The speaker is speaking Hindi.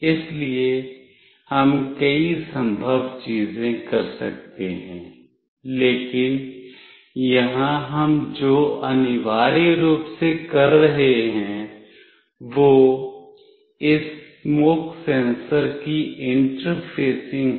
इसलिए हम कई संभव चीजें कर सकते हैं लेकिन यहां हम जो अनिवार्य रूप से कर रहे हैं वह इस स्मोक सेंसर की इंटरफेसिंग है